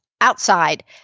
outside